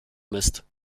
mist